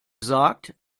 gesagt